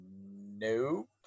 Nope